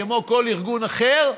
כמו כל ארגון אחר,